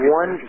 one